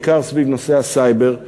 בעיקר סביב נושא הסייבר,